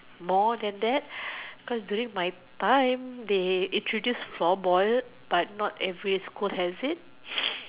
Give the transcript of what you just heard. more than that cause during my time they introduced floorball but not every school has it